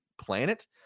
planet